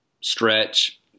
Stretch